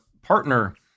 Partner